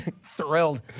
Thrilled